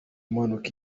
imanuka